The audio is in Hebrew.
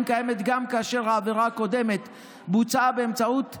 קיימת גם כאשר העבירה הקודמת בוצעה באמצעות אחר,